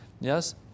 Yes